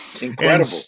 Incredible